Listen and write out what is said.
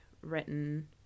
written